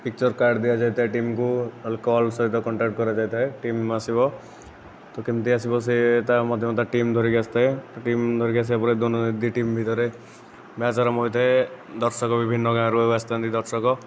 picture card ଦିଆଯାଇଥାଏ team କୁ alcohol ସହିତ କଣ୍ଟ୍ରାକ୍ଟ କରାଯାଇଥାଏ ଟିମ୍ ଆସିବ ତ କେମିତି ଆସିବ ସେ ମଧ୍ୟ ତା ଟିମ୍ ଧରି ଆସିଥାଏ ଟିମ୍ ଧରିକି ଆସିବା ପରେ ଦୁଇ ଟିମ୍ ଭିତରେ ମ୍ୟାଚ୍ ଆରମ୍ଭ ହୋଇଥାଏ ଦର୍ଶକ ବିଭିନ୍ନ ଗାଁରୁ ଆସିଥାନ୍ତି ଦର୍ଶକ